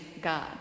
God